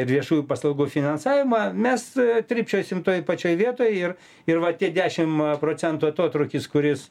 ir viešųjų paslaugų finansavimą mes trypčiosim toj pačioj vietoj ir ir va tie dešim procentų atotrūkis kuris